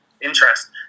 interest